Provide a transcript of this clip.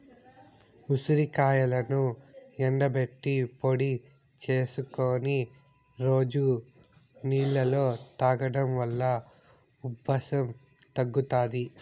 ఉసిరికాయలను ఎండబెట్టి పొడి చేసుకొని రోజు నీళ్ళలో తాగడం వలన ఉబ్బసం తగ్గుతాది